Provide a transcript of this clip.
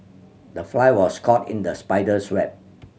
the fly was caught in the spider's web